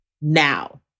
Now